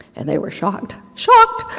and they were shocked, shocked,